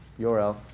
URL